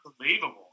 unbelievable